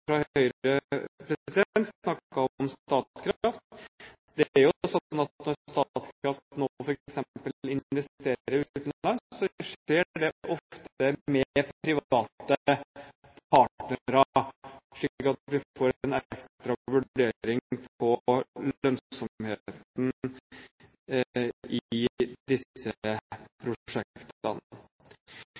om Statkraft. Det er jo sånn at når Statkraft nå f.eks. investerer utenlands, skjer det ofte med private partnere, slik at vi får en ekstra vurdering på lønnsomheten i